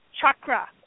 chakra